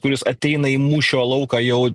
kuris ateina į mūšio lauką jau